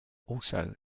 also